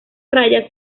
raya